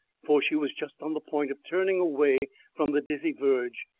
for she was just on the point of turning away from the dizzy verge,